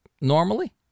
normally